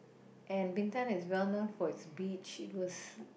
and Bintan is well for its beach it was